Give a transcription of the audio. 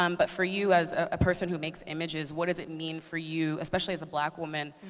um but for you, as a person who makes images, what does it mean for you, especially as a black woman,